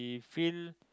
we feel